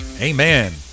Amen